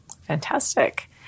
Fantastic